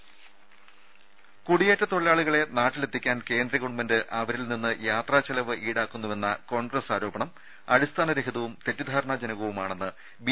രദേ കുടിയേറ്റ തൊഴിലാളികളെ നാട്ടിലെത്തിക്കാൻ കേന്ദ്ര ഗവൺമെന്റ് അവരിൽ നിന്ന് യാത്രാ ചെലവ് ഈടാക്കുന്നുവെന്ന കോൺഗ്രസ് ആരോപണം അടിസ്ഥാനരഹിതവും തെറ്റിധാരണാജനകവുമാണെന്ന് ബി